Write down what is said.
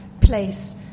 place